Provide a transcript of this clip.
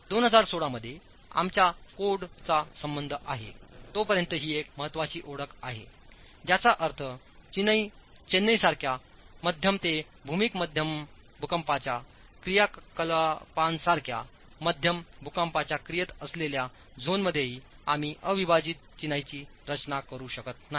2016मध्ये आमच्या कोडचा संबंध आहे तोपर्यंत ही एक महत्त्वाची ओळख आहे ज्याचा अर्थचेन्नई सारख्यामध्यम तेभूमीक भूकंपाच्या क्रियाकलापां सारख्यामध्यम भूकंपाच्याक्रियेत असलेल्या झोनमध्येही आम्ही अविभाजित चिनाईची रचना करू शकत नाही